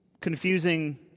confusing